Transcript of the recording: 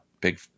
big